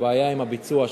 הבעיה היא עם הביצוע שלה.